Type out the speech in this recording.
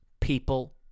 people